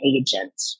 agent